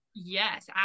Yes